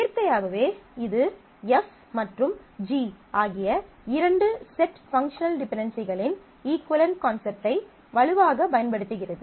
இயற்கையாகவே இது F மற்றும் G ஆகிய இரண்டு செட் பங்க்ஷனல் டிபென்டென்சிகளின் இஃக்குவளென்ட் கான்செப்டை வலுவாகப் பயன்படுத்துகிறது